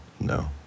No